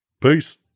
Peace